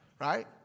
right